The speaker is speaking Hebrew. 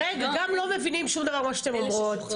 גם לא מבינים שום דבר ממה שאתן אומרות,